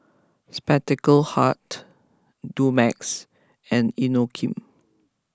Spectacle Hut Dumex and Inokim